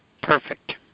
Perfect